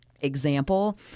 example